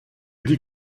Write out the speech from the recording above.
dit